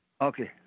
Okay